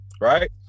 right